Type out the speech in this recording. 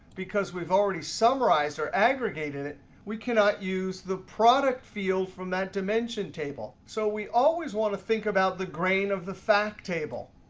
because we've already summarized or aggregated it, we cannot use the product field from that dimension table. so we always want to think about the grain of the fact table.